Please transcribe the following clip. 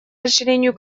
расширению